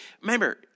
remember